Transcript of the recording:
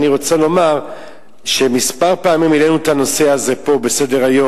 אני רוצה לומר שכמה פעמים העלינו את הנושא הזה פה לסדר-היום: